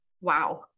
Wow